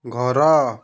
ଘର